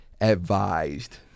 advised